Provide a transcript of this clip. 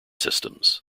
systems